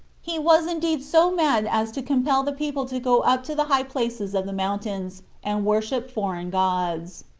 he was indeed so mad as to compel the people to go up to the high places of the mountains, and worship foreign gods.